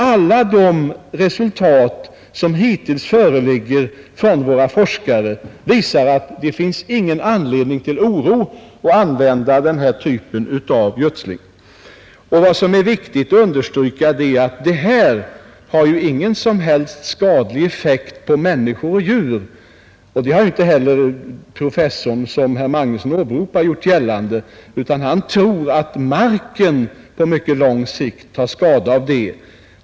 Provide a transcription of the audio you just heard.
Alla de resultat som hittills föreligger från våra forskare visar att det finns ingen anledning till oro inför användningen av denna typ av gödsling. Vad som är viktigt att understryka är att medlet inte har någon som helst skadlig effekt på människor och djur. Det har inte heller den professor som herr Magnusson åberopar gjort gällande, utan han tror att marken på mycket lång sikt tar skada av det.